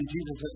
Jesus